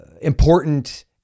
important